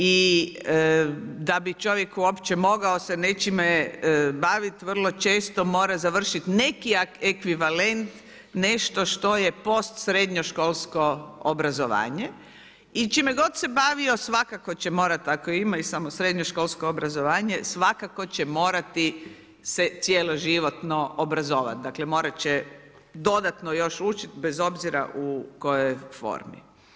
I da bi čovjek uopće mogao se nečime baviti vrlo često mora završiti neki ekvivalent nešto što je post srednjoškolsko obrazovanje i čime god se bavio svakako će morati, ako ima i samo srednjoškolsko obrazovanje svakako će morati se cjeloživotno obrazovati, dakle morat će dodatno još učit bez obzira u kojoj formi.